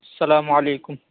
السّلام وعلیکم